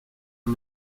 del